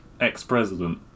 ex-president